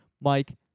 Mike